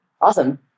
Awesome